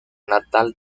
natal